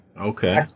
Okay